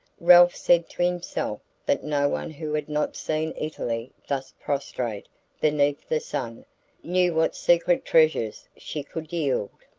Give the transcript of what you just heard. ralph said to himself that no one who had not seen italy thus prostrate beneath the sun knew what secret treasures she could yield.